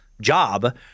job